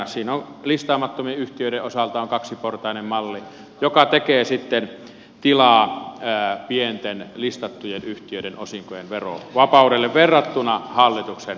siinä on listaamattomien yhtiöiden osalta kaksiportainen malli joka tekee sitten tilaa pienten listattujen yhtiöiden osinkojen verovapaudelle verrattuna hallituksen malliin